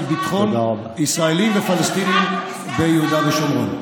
ביטחון ישראלים ופלסטינים ביהודה ושומרון.